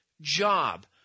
job